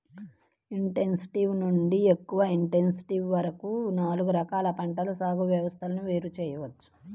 intensive నుండి ఎక్కువ intensive వరకు నాలుగు రకాల పంటల సాగు వ్యవస్థలను వేరు చేయవచ్చు